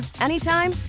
anytime